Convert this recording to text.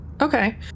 Okay